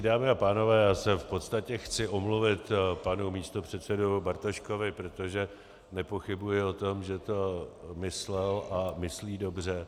Dámy a pánové, já se v podstatě chci omluvit panu místopředsedovi Bartoškovi, protože nepochybuji o tom, že to myslel a myslí dobře.